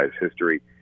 history